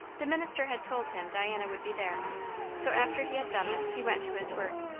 the minister had told him diana would be there so after he had done this he went to his work.